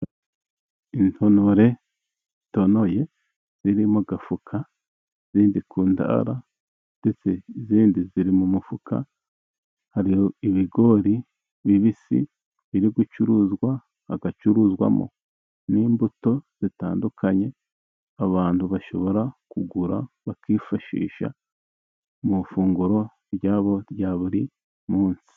Intonore zitonoye ziri mu gafuka, izindi ku ntara, ndetse izindi ziri mu mufuka. Hari ibigori bibisi biri gucuruzwa hagacuruzwamo n'imbuto zitandukanye abantu bashobora kugura, bakifashisha mu ifunguro ryabo rya buri munsi.